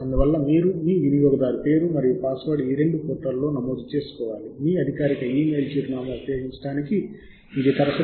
ఇప్పటికే మీరు మీ సంస్థ ద్వారా కనీసం ఒక్కసారైనా ప్రాప్యత కోసం నమోదు చేసుకుంటే మీరు లాగిన్ అయినట్లు గుర్తించి మీకు పాక్షిక ప్రాప్యతను అందించవచ్చు